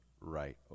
right